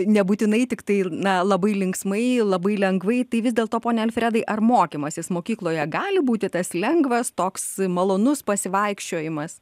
nebūtinai tiktai na labai linksmai labai lengvai tai vis dėlto pone alfredai ar mokymasis mokykloje gali būti tas lengvas toks malonus pasivaikščiojimas